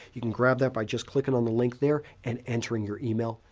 you can grab that by just clicking on the link there and entering your email.